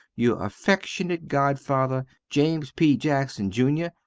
your affeckshunate godfather, james p. jackson jr.